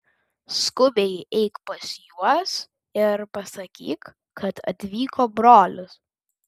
skubiai eik pas juos ir pasakyk kad atvyko brolis